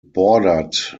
bordered